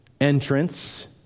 entrance